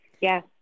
Yes